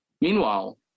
Meanwhile